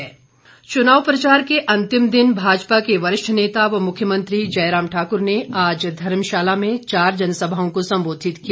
मुख्यमंत्री च्नाव प्रचार के अंतिम दिन भाजपा के वरिष्ठ नेता व मुख्यमंत्री जयराम ठाक्र ने आज धर्मशाला में चार जनसभाओं को संबोधित किया